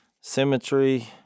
symmetry